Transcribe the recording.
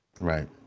Right